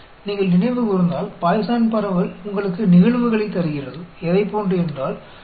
इस प्रकार यह सूचना देता है घटनाओं घटनाओं की संख्या देता है